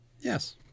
Yes